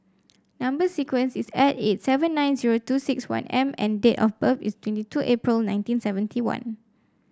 number sequence is S eight seven nine zero two six one M and date of birth is twenty two April nineteen seventy one